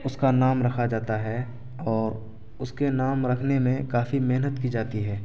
اس کا نام رکھا جاتا ہے اور اس کے نام رکھنے میں کافی محنت کی جاتی ہے